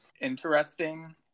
interesting